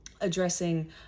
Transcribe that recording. addressing